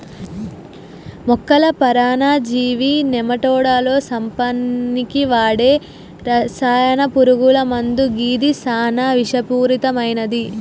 మొక్కల పరాన్నజీవి నెమటోడ్లను సంపనీకి వాడే రసాయన పురుగుల మందు గిది సానా విషపూరితమైనవి